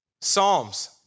Psalms